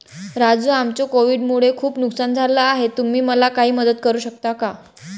राजू आमचं कोविड मुळे खूप नुकसान झालं आहे तुम्ही मला काही मदत करू शकता का?